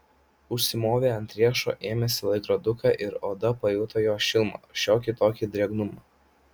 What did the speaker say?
užsimovė ant riešo ėmėsi laikroduką ir oda pajuto jo šilumą šiokį tokį drėgnumą